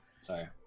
sorry